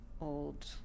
old